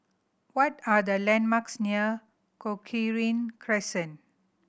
what are the landmarks near Cochrane Crescent